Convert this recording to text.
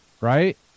Right